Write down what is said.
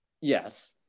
Yes